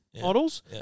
models